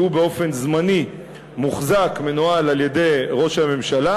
שבאופן זמני מוחזק ומנוהל על-ידי ראש הממשלה,